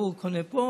והוא קונה פה,